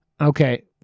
Okay